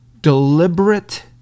deliberate